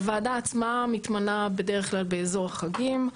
הוועדה עצמה מתמנה בדרך כלל באזור החגים,